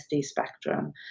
spectrum